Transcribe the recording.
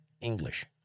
English